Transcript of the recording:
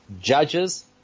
judges